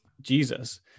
Jesus